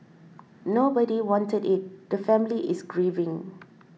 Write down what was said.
nobody wanted it the family is grieving